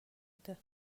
بوده